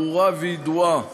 ברורה וידועה